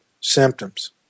symptoms